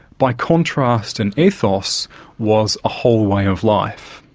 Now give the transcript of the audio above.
by contrast an ethos was a whole way of life,